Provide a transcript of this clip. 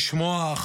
לשמוע,